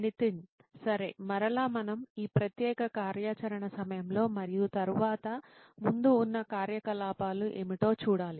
నితిన్ సరే మరలా మనం ఈ ప్రత్యేక కార్యాచరణ సమయంలో మరియు తరువాత ముందు ఉన్న కార్యకలాపాలు ఏమిటో చూడాలి